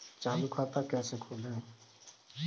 चालू खाता कैसे खोलें?